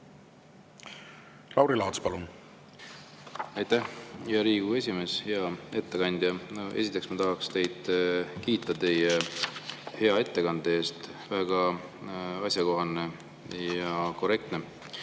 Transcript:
Lauri Laats, palun! Aitäh, hea Riigikogu esimees! Hea ettekandja! Esiteks ma tahaksin teid kiita hea ettekande eest: väga asjakohane ja korrektne